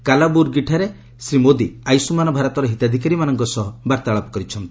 କାଲାବୁରଗିଠାରେ ଶ୍ରୀ ମୋଦି ଆୟୁଷ୍ମାନ୍ ଭାରତର ହିତାଧିକାରୀମାନଙ୍କ ସହ ବାର୍ତ୍ତାଳାପ କରିଛନ୍ତି